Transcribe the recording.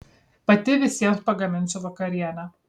pati visiems pagaminsiu vakarienę